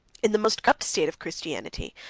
in the most corrupt state of christianity,